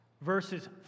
Verses